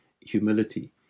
humility